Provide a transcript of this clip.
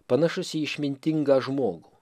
panašus į išmintingą žmogų